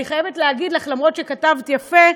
אני חייבת להגיד לך, אומנם כתבת יפה,